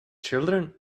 children